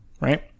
Right